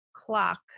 clock